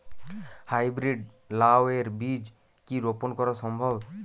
High breed লাও এর বীজ কি রোপন করা সম্ভব?